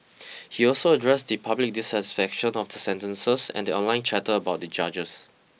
he also addressed the public dissatisfaction of the sentences and the online chatter about the judges